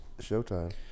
Showtime